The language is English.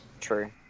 True